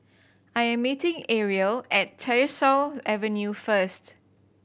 I am meeting Ariel at Tyersall Avenue first